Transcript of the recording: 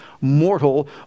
mortal